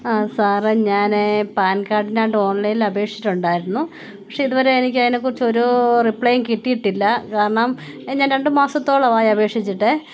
ആ സാറെ ഞാൻ പാൻ കാര്ഡിനായിട്ട് ഓണ്ലൈനിൽ അപേക്ഷിച്ചിട്ടുണ്ടായിരുന്നു പക്ഷേ ഇതുവരെ എനിക്കതിനെക്കുറിച്ച് ഒരൂ റിപ്ലൈയും കിട്ടിയിട്ടില്ല കാരണം ഞാന് രണ്ട് മാസത്തോളമായി അപേക്ഷിച്ചിട്ട്